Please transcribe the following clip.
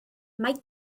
mae